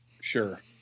Sure